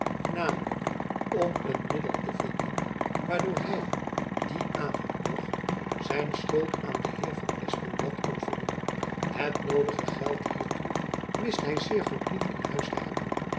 namelijk om een middel te vinden waardoor hy dien avond nog zijn schuld aan den heer van espenblad kon voldoen het noodige geld hiertoe wist hy zeer goed niet in huis te hebben